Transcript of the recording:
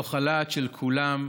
מתוך הלהט של כולם,